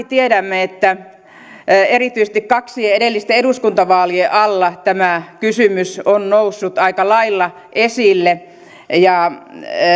tiedämme että erityisesti kaksien edellisten eduskuntavaalien alla tämä kysymys on noussut aika lailla esille ja